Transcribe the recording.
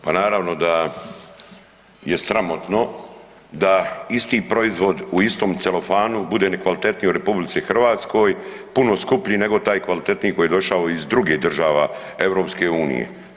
Pa naravno da je sramotno da isti proizvod u istom celofanu budu nekvalitetniji u RH, puno skuplji nego taj kvalitetniji koji je došao iz drugih država EU-a.